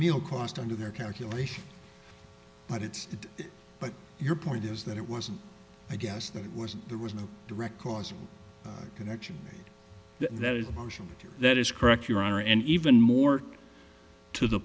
meal cost under their calculation but it's but your point is that it wasn't i guess that it was there was no direct causal connection that is that is correct your honor and even more to the